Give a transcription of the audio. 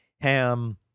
Ham